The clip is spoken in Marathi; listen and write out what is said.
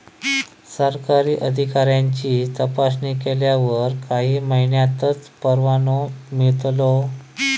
सरकारी अधिकाऱ्यांची तपासणी केल्यावर काही महिन्यांतच परवानो मिळतलो